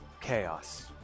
chaos